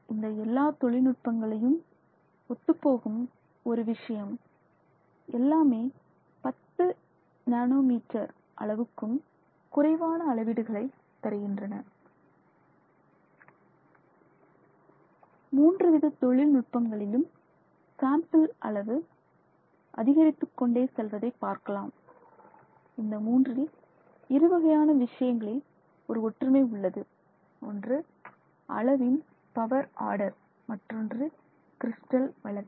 இந்த எல்லா தொழில்நுட்பங்களையும் ஒத்துப்போகும் ஒரு விஷயம் எல்லாமே 10 மீட்டர் நேனோ மீட்டர் அளவுக்கும் குறைவான அளவீடுகளை தருகின்றன மூன்று வித தொழில்நுட்பங்களிலும் சாம்பிள் அளவு அதிகரித்துக்கொண்டே செல்வதை பார்க்கலாம் இந்த மூன்றில் இருவகையான விஷயங்களில் ஒரு ஒற்றுமை உள்ளது ஒன்று அளவின் பவர் ஆர்டர் மற்றொன்று கிறிஸ்டல் வளர்ச்சி